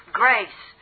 grace